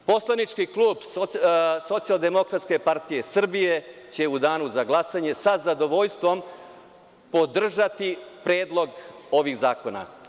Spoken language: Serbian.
Poslanički klub Socijaldemokratske partije Srbije će u danu za glasanje, sa zadovoljstvom podržati Predlog ovih zakona.